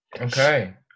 Okay